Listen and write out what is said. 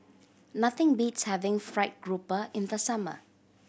nothing beats having fried grouper in the summer